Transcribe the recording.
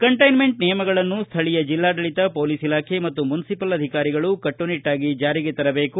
containment ನಿಯಮಗಳನ್ನು ಸ್ಥಳೀಯ ಜಲ್ಲಾಡಳಿತ ಪೊಲೀಸ್ ಇಲಾಖೆ ಮತ್ತು ಮುನ್ಸಿಪಲ್ ಅಧಿಕಾರಿಗಳು ಕಟ್ಟುನಿಟ್ಟಾಗಿ ಜಾರಿಗೆ ತರಬೇಕು